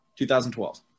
2012